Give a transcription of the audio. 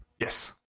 Yes